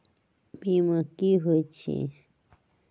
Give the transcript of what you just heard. बीमा की होअ हई?